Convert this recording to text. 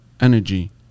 energy